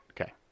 Okay